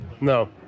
No